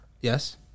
Yes